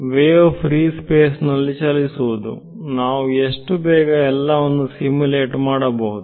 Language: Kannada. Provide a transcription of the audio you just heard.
ವೇವ್ ಫ್ರೀ ಸ್ಪೇಸ್ ನಲ್ಲಿ ಚಲಿಸುವುದು ನಾವು ಎಷ್ಟು ಬೇಗ ಎಲ್ಲವನ್ನು ಸಿಮುಲೇಟ್ ಮಾಡಬಹುದು